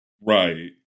Right